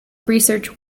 research